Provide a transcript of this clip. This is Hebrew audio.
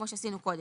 כמו שעשינו קודם,